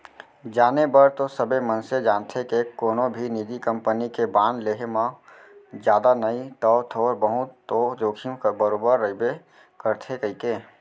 जाने बर तो सबे मनसे जानथें के कोनो भी निजी कंपनी के बांड लेहे म जादा नई तौ थोर बहुत तो जोखिम बरोबर रइबे करथे कइके